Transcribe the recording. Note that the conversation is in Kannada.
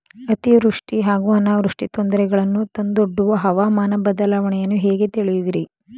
ಅತಿವೃಷ್ಟಿ ಹಾಗೂ ಅನಾವೃಷ್ಟಿ ತೊಂದರೆಗಳನ್ನು ತಂದೊಡ್ಡುವ ಹವಾಮಾನ ಬದಲಾವಣೆಯನ್ನು ಹೇಗೆ ತಿಳಿಯುವಿರಿ?